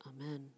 Amen